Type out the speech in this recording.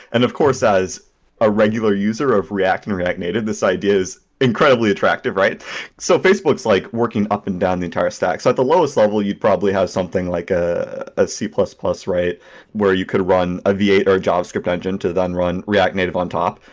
and of course, as a regular user of react and react native, this idea is incredibly attractive. so facebook is like working up and down the entire stack. so at the lowest level, you'd probably have something like a a c plus plus write where you could run or a v eight, or a javascript engine to then run react native on top.